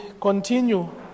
continue